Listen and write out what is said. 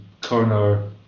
corner